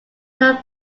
known